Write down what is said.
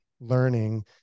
learning